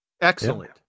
excellent